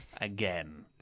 again